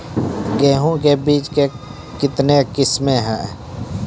गेहूँ के बीज के कितने किसमें है?